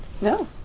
No